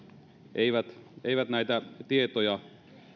eivät eivät näitä tietoja